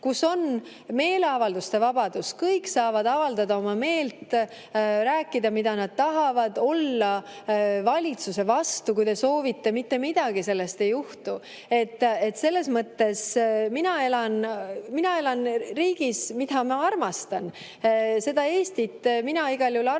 kus on meeleavalduste vabadus. Kõik saavad avaldada meelt, rääkida, mida nad tahavad, olla valitsuse vastu, kui nad soovivad. Mitte midagi sellest ei juhtu. Selles mõttes mina elan riigis, mida ma armastan. Seda Eestit mina igal juhul armastan,